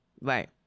Right